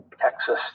Texas